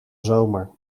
zomer